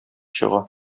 чыга